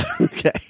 Okay